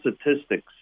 statistics